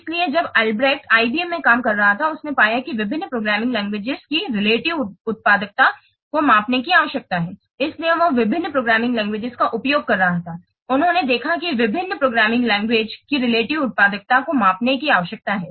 इसलिए जब Albrecht IBM में काम कर रहा था उसने पाया कि विभिन्न प्रोग्रामिंग लैंग्वेजेज की रिलेटिव उत्पादकता को मापने की आवश्यकता है इसलिए वह विभिन्न प्रोग्रामिंग लैंग्वेजेज का उपयोग कर रहा था उन्होंने देखा कि विभिन्न प्रोग्रामिंग लैंग्वेजेज की रिलेटिव उत्पादकता को मापने की आवश्यकता है